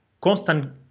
constant